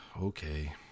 Okay